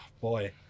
Boy